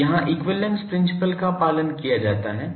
अब यहाँ equivalence principle का पालन किया जाता है